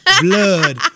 blood